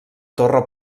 torre